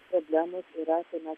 problemos yra tuomet